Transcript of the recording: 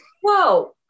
Whoa